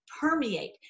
permeate